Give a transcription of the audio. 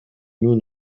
nous